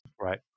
Right